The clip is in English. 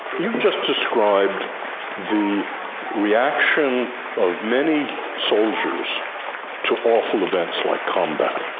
you've just described the reaction of many soldiers to awful events like combat.